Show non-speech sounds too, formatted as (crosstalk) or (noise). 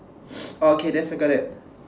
(noise) orh okay then circle that